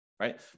Right